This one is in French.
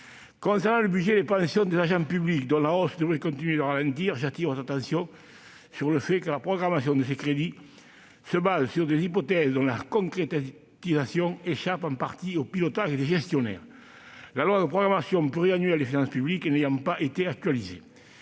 La hausse du budget des pensions des agents publics devrait continuer de ralentir. J'attire votre attention sur le fait que la programmation de ces crédits se fonde sur des hypothèses dont la concrétisation échappe en partie au pilotage des gestionnaires, la loi de programmation pluriannuelle des finances publiques n'ayant pas été actualisée.